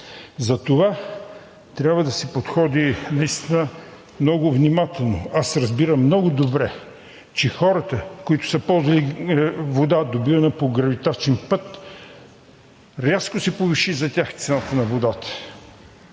Затова трябва да се подходи наистина много внимателно. Аз разбирам много добре, че хората, които са ползвали вода, добивана по гравитачен път, за тях рязко се повиши цената на водата,